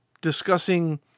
discussing